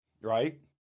right